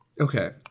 Okay